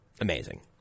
Amazing